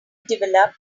develop